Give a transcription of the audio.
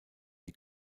die